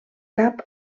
cap